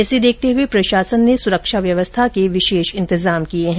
इसे देखते हुए प्रशासन ने सुरक्षा व्यवस्था के विशेष इन्तजाम किए है